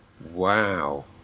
Wow